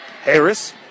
Harris